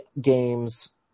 games